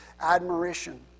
admiration